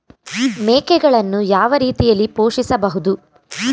ಮೇಕೆಗಳನ್ನು ಯಾವ ರೀತಿಯಾಗಿ ಪೋಷಿಸಬಹುದು?